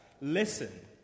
listen